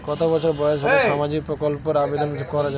কত বছর বয়স হলে সামাজিক প্রকল্পর আবেদন করযাবে?